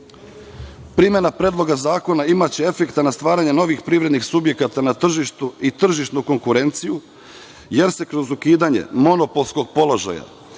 predloga zakona imaće efekta na stvaranje novih privrednih subjekata na tržištu i tržišnu konkurenciju, jer se kroz ukidanje monopolskog položaja